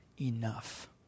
enough